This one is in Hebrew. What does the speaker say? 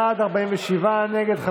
בעד, 50, נגד,